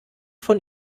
von